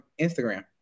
instagram